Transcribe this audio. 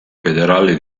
federale